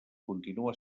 continua